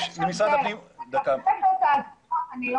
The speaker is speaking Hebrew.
אני לא